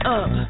up